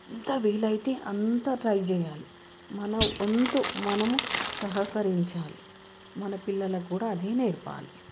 ఎంత వీలైతే అంత ట్రై చేయాలి మన వంతు మనము సహకరించాలి మన పిల్లలు కూడా అదే నేర్పాలి